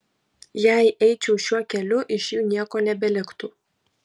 jei eičiau šiuo keliu iš jų nieko nebeliktų